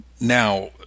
now